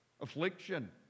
affliction